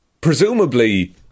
presumably